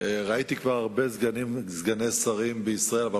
ראיתי כבר הרבה סגני שרים בישראל אבל